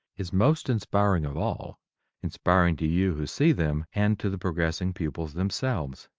is most inspiring of all inspiring to you who see them and to the progressing pupils themselves.